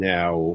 Now